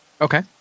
Okay